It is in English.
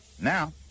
Now